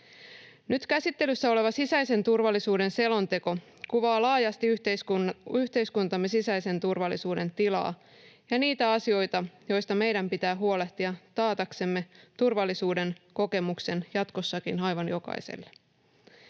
Nyt käsittelyssä oleva sisäisen turvallisuuden selonteko kuvaa laajasti yhteiskuntamme sisäisen turvallisuuden tilaa ja niitä asioita, joista meidän pitää huolehtia taataksemme turvallisuuden kokemuksen jatkossakin aivan jokaiselle.